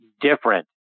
different